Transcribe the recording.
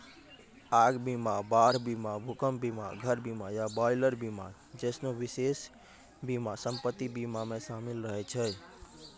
आग बीमा, बाढ़ बीमा, भूकंप बीमा, घर बीमा या बॉयलर बीमा जैसनो विशेष बीमा सम्पति बीमा मे शामिल रहै छै